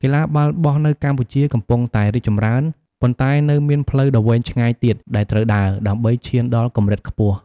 កីឡាបាល់បោះនៅកម្ពុជាកំពុងតែរីកចម្រើន ប៉ុន្តែនៅមានផ្លូវដ៏វែងឆ្ងាយទៀតដែលត្រូវដើរ ដើម្បីឈានដល់កម្រិតខ្ពស់។